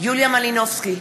יוליה מלינובסקי,